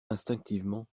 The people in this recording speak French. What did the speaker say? instinctivement